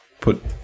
put